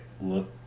look